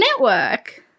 network